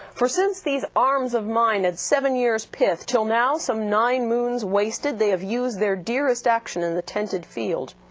for since these arms of mine at seven years pith, till now some nine moons wasted, they have used their dearest action in the tented field,